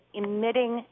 emitting